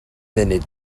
munud